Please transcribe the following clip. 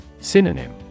Synonym